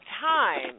time